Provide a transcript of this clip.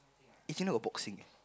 eh just now got boxing eh